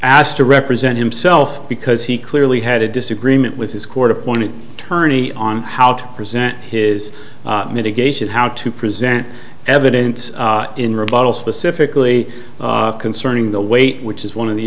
asked to represent himself because he clearly had a disagreement with his court appointed attorney on how to present his mitigation how to present evidence in rebuttal specifically concerning the weight which is one of the